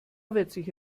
wird